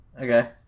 okay